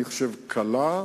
אני חושב, קלה.